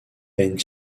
and